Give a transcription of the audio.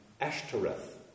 Ashtoreth